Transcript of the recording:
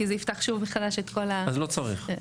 כי זה יפתח שוב מחדש את כל --- אז לא צריך,